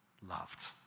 loved